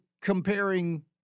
comparing